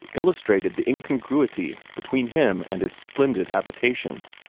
illustrated the incongruity between him and his splendid habitation.